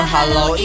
Hello